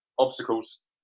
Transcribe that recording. Obstacles